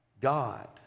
God